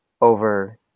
over